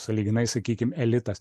sąlyginai sakykim elitas